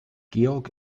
georg